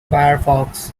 firefox